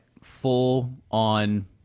full-on